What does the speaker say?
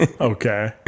Okay